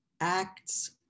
acts